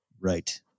Right